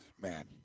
man